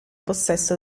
possesso